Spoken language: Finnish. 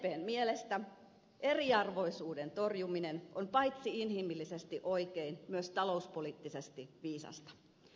sdpn mielestä eriarvoisuuden torjuminen on paitsi inhimillisesti oikein myös talouspoliittisesti viisasta